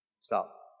Stop